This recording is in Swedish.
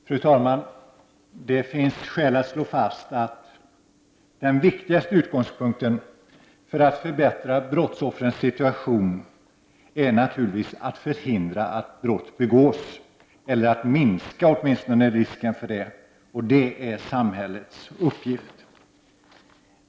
Fru talman! Det finns skäl att slå fast att den viktigaste utgångspunkten för att förbättra brottsoffrens situation naturligtvis är att förhindra att brott begås eller att åtminstone minska risken för det, och det är samhällets uppgift.